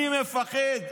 אני מפחד.